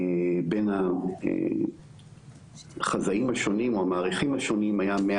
בין החזאים השונים או המעריכים השונים היה 100